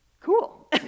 Cool